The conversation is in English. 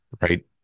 right